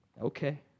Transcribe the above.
Okay